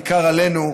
בעיקר עלינו,